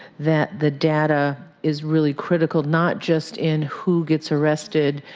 that the data is really critical, not just in who gets arrested,